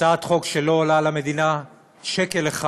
הצעת חוק שלא עולה למדינה שקל אחד.